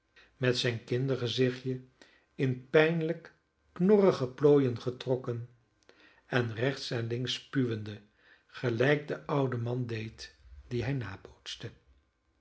met zijn kindergezichtje in pijnlijk knorrige plooien getrokken en rechts en links spuwende gelijk de oude man deed dien hij nabootste